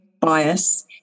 bias